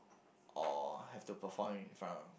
or have to perform in front of